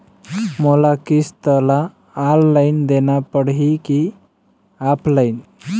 मोला किस्त ला ऑनलाइन देना पड़ही की ऑफलाइन?